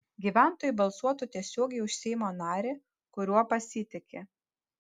gyventojai balsuotų tiesiogiai už seimo narį kuriuo pasitiki